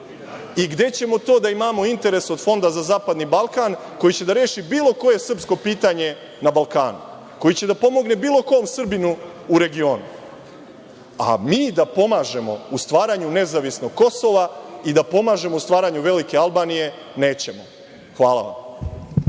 I gde ćemo to da imamo interes od Fonda za zapadni Balkan koji će da reši bilo koje srpsko pitanje na Balkanu, koji će da pomogne bilo kom Srbinu na Balkanu? Mi da pomažemo u stvaranju nezavisnog Kosova, i da pomažemo stvaranju velike Albanije nećemo. Hvala